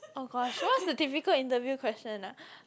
oh gosh what's a typical interview question ah